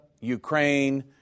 Ukraine